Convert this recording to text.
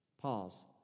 Pause